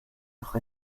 noch